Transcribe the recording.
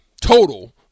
total